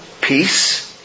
peace